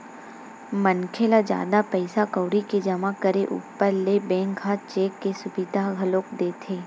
मनखे ल जादा पइसा कउड़ी के जमा करे ऊपर ले बेंक ह चेक के सुबिधा घलोक देथे